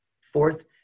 Fourth